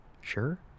sure